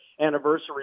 anniversary